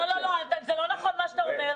לא, זה לא נכון מה שאתה אומר.